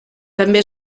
també